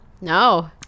No